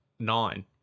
nine